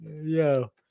Yo